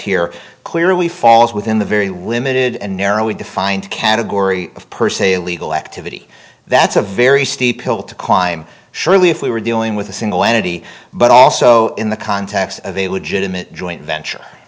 here clearly falls within the very limited and narrowly defined category of per se legal activity that's a very steep hill to climb surely if we were dealing with a single entity but also in the context of a legitimate joint venture